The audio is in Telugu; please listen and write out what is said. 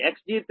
20 p